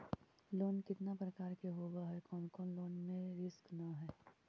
Loan कितना प्रकार के होबा है कोन लोन लेब में रिस्क न है?